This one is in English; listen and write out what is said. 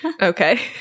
Okay